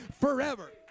forever